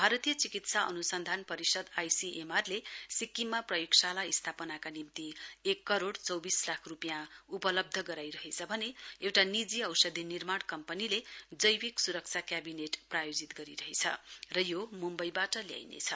भारतीय चिकित्सा अनुसन्धन परिषद आई सी एम आर ले सिक्किममा प्रयोगशाला स्थापनाका निम्ति एक करोड़ चौविस लाख रुपियाँ उपलब्ध गराइरहेछ भने एउटा निजी औषधीनिर्माण कम्पनीले जैविक सुरक्षा क्याविनेट प्रायोजित गरिरहेछ र यो मुम्वईबाट ल्याइनेछ